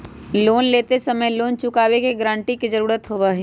loan लेते समय loan चुकावे के गारंटी के जरुरत होबा हई